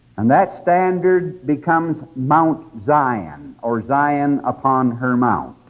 and that standard becomes mount zion, or zion upon her mount.